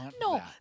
no